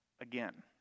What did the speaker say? again